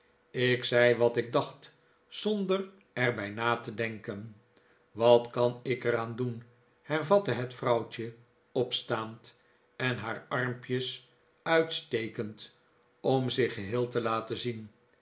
ik zei wat ik dacht zonder er bij na te denken wat kan ik er aan doen hervatte het vrouwtje opstaand en haar armpjes uitstekend om zich geheel te laten zien